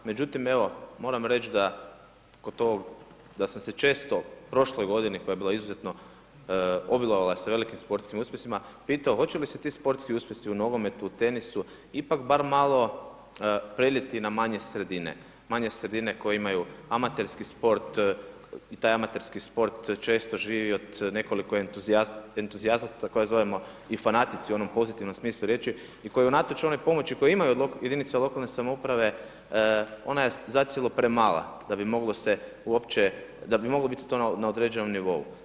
Međutim, evo moram reći da kod tog, da sam se često u prošloj godini koja je bila izuzetno, obilovala sa velikim sportskim uspjesima pitao da će se ti sportski uspjesi u nogometu, tenisu ipak bar malo preliti na manje sredine, manje sredine koje imaju amaterski sport i taj amaterski sport često živi od nekoliko entuzijasta koje zovemo i fanatici u onom pozitivnom smislu riječi i koji unatoč onoj pomoći koju imaju od jedinica lokalne samouprave, ona je zacijelo premala da bi moglo se uopće, da bi moglo biti to na određenom nivou.